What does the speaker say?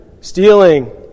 stealing